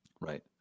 Right